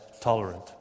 tolerant